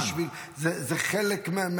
אני צריך לחתום בשביל --- אה, זה מובן?